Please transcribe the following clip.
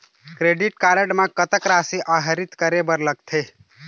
Credit card म कतक राशि आहरित करे बर लगथे?